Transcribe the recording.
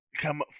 Come